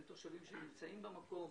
הם תושבים שנמצאים במקום,